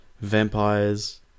vampires